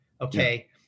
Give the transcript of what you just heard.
okay